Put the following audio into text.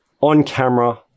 on-camera